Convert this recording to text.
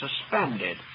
suspended